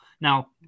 now